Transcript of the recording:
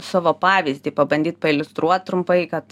savo pavyzdį pabandyt pailiustruot trumpai kad